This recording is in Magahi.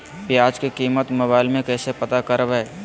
प्याज की कीमत मोबाइल में कैसे पता करबै?